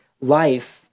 life